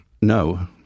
No